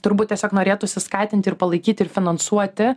turbūt tiesiog norėtųsi skatinti ir palaikyti ir finansuoti